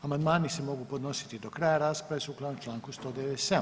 Amandmani se mogu podnositi do kraja rasprave sukladno čl. 197.